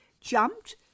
jumped